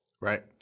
Right